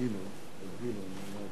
הנושא בסדר-היום של הכנסת נתקבלה.